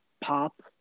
pop